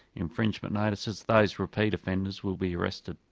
infringement notices. those repeat offenders will be arrested.